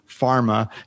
Pharma